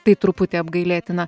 tai truputį apgailėtina